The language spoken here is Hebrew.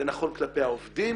זה נכון כלפי העובדים